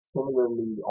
Similarly